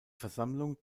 versammlung